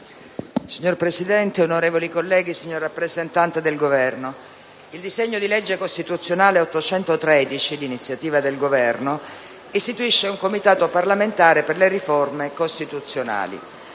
Signor Presidente, onorevoli colleghi, signor rappresentante del Governo, il disegno di legge costituzionale n. 813, d'iniziativa del Governo, istituisce un Comitato parlamentare per le riforme costituzionali.